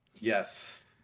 Yes